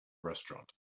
restaurant